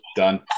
done